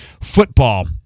football